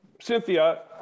Cynthia